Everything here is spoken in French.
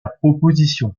proposition